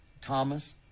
Thomas